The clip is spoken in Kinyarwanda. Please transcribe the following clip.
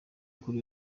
kuri